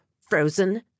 frozen